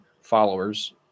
followers